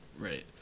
Right